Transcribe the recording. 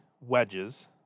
wedges